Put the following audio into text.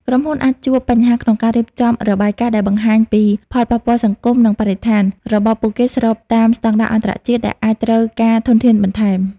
ក្រុមហ៊ុនអាចជួបបញ្ហាក្នុងការរៀបចំរបាយការណ៍ដែលបង្ហាញពី ផលប៉ះពាល់សង្គម និងបរិស្ថាន របស់ពួកគេស្របតាមស្តង់ដារអន្តរជាតិ ដែលអាចត្រូវការធនធានបន្ថែម។